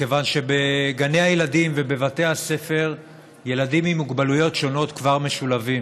מכיוון שבגני הילדים ובבתי הספר ילדים עם מוגבלויות שונות כבר משולבים,